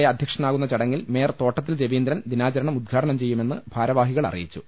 A അധ്യക്ഷനാകുന്ന ചടങ്ങിൽ mayor Thottathil Raveendran ദിനാചരണം ഉദ്ഘാടനം ചെയ്യുമെന്ന് ഭാരവാഹികൾ അറിയിച്ചു